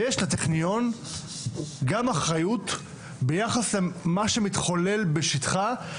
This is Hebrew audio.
ויש לטכניון גם אחריות ביחס למה שמתחולל בשטחו,